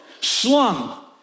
slung